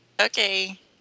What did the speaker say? Okay